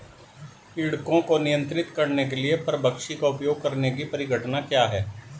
पीड़कों को नियंत्रित करने के लिए परभक्षी का उपयोग करने की परिघटना क्या है?